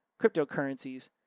cryptocurrencies